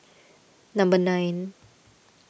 number nine